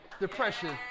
depression